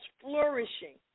flourishing